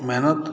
मेहनत